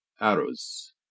arrows